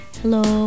hello